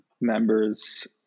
members